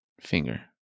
finger